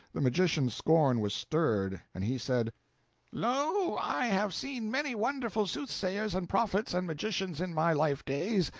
the magician's scorn was stirred, and he said lo, i have seen many wonderful soothsayers and prophets and magicians in my life days,